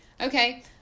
Okay